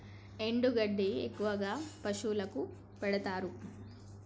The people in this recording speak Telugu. ఎండు గడ్డి ఎక్కువగా పశువులకు పెడుతారు